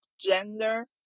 gender